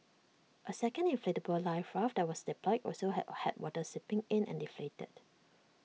A second inflatable life raft that was deployed also have had water seeping in and deflated